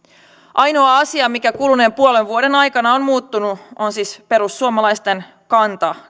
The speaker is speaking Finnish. ainoa asia mikä kuluneen puolen vuoden aikana on muuttunut on siis perussuomalaisten kanta